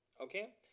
okay